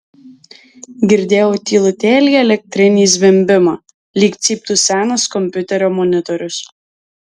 girdėjau tylutėlį elektrinį zvimbimą lyg cyptų senas kompiuterio monitorius